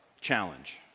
challenge